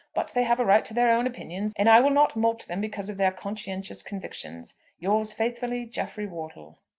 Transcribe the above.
but they have a right to their own opinions, and i will not mulct them because of their conscientious convictions yours faithfully, jeffrey wortle.